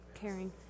Caring